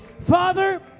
Father